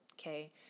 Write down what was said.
Okay